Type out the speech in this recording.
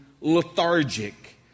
lethargic